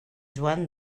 joan